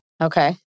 Okay